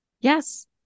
Yes